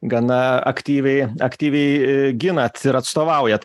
gana aktyviai aktyviai ginat ir atstovaujat